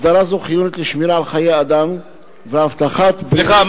הסדרה זו חיונית לשמירה על חיי אדם ולהבטחת בריאות הציבור,